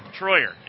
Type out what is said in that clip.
Troyer